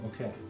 Okay